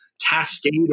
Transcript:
cascade